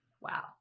Wow